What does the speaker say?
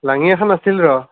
লাঙি এখান আছিল ৰ'